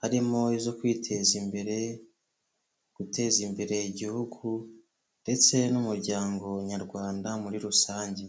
harimo izo kwiteza imbere, guteza imbere igihugu ndetse n'umuryango nyarwanda muri rusange.